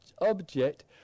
object